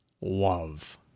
love